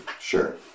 Sure